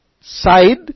side